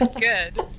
Good